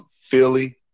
Philly